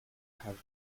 have